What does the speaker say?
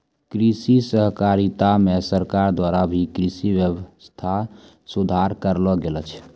कृषि सहकारिता मे सरकार द्वारा भी कृषि वेवस्था सुधार करलो गेलो छै